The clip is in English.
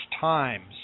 times